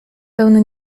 pełne